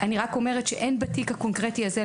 אני רק אומרת שלמיטב ידיעתי אין בתיק הקונקרטי הזה